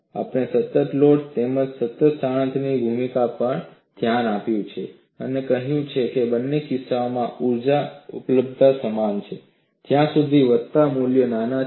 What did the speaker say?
અને આપણે સતત લોડ તેમજ સતત સ્થાનાંતરણની ભૂમિકા પર ધ્યાન આપ્યું છે અને કહ્યું છે કે બંને કિસ્સાઓમાં ઊર્જા ઉપલબ્ધતા સમાન છે જ્યા સુધી વધતા મૂલ્યો નાના છે